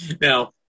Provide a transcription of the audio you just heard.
Now